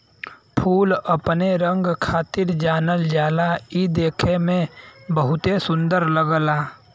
फूल अपने रंग खातिर जानल जाला इ देखे में बहुते सुंदर लगला